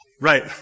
Right